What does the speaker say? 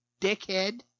dickhead